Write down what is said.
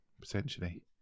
potentially